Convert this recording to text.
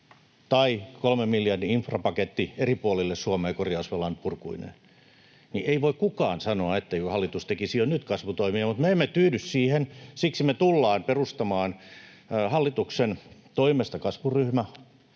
kolmen miljardin infrapaketti eri puolille Suomea korjausvelan purkuineen. Ei voi kukaan sanoa, etteikö hallitus tekisi jo nyt kasvutoimia, mutta me emme tyydy siihen. Siksi me tullaan perustamaan hallituksen toimesta